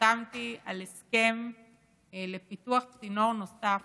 חתמתי על הסכם לפיתוח צינור נוסף